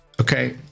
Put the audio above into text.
Okay